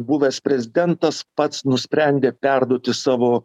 buvęs prezidentas pats nusprendė perduoti savo